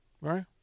Right